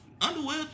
underwear